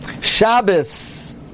Shabbos